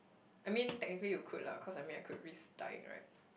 I mean technically you could lah cause I mean I could risk dying right